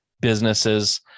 businesses